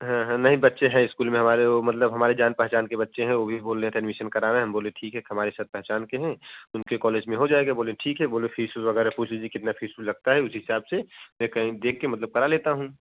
हाँ नहीं बच्चे है स्कूल में हमारे वो मतलब हमारे जान पहचान के बच्चे है वो भी बोल रहे थे एडमिशन करा रहे हम बोले ठीक है हमारे सर पहचान के है उनके कॉलेज में हो जाएगा बोले ठीक हैं बोले फीस वगैरह पूछ लीजिएगा कितना फीस लगता है उसी हिसाब से देख कर मतलब कर लेता हूँ